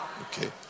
Okay